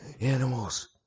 animals